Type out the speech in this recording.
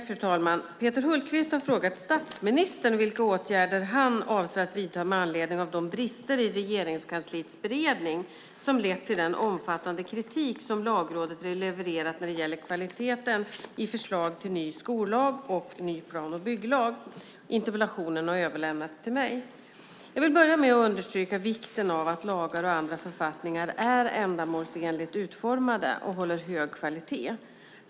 Fru talman! Peter Hultqvist har frågat statsministern vilka åtgärder han avser att vidta med anledning av de brister i Regeringskansliets beredning som lett till den omfattande kritik som Lagrådet levererat när det gäller kvaliteten i förslagen till ny skollag och ny plan och bygglag. Interpellationen har överlämnats till mig. Jag vill börja med att understryka vikten av att lagar och andra författningar är ändamålsenligt utformade och håller hög kvalitet.